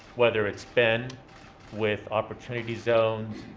whether it's been with opportunity zones,